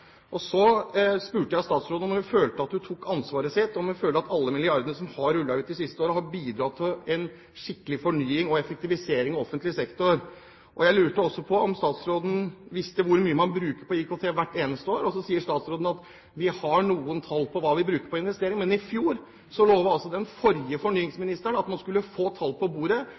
Så spurte jeg statsråden om hun føler at hun tar ansvar, om hun føler at alle milliardene som har rullet ut det siste året, har bidratt til en skikkelig fornying og effektivisering av offentlig sektor. Jeg lurte også på om statsråden visste hvor mye man bruker på IKT hvert eneste år. Da sier statsråden: Vi har noen tall på hva vi bruker på investering. Men i fjor lovet den forrige fornyingsministeren at vi skulle få tall på bordet